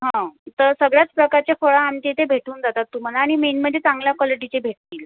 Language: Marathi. हां तर सगळ्याच प्रकारचे फळं आमच्या इथे भेटून जातात तुम्हाला आणि मेन म्हणजे चांगल्या क्वॉलिटीचे भेटतील